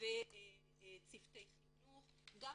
וצוותי חינוך, גם